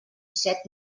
set